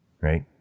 Right